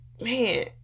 man